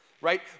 right